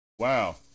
Wow